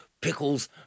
pickles